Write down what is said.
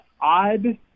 odd